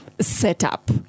setup